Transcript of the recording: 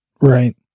Right